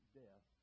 death